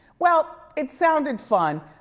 well, it sounded fun.